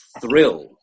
thrill